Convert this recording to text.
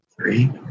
three